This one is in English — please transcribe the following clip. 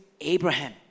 Abraham